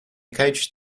coached